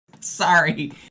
Sorry